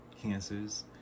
cancers